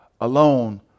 alone